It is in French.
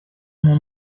mon